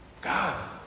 God